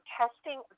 testing